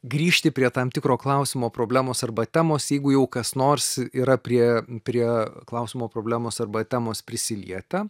grįžti prie tam tikro klausimo problemos arba temos jeigu jau kas nors yra prie prie klausimo problemos arba temos prisilietę